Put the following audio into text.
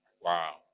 Wow